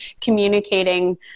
communicating